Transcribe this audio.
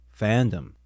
fandom